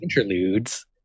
interludes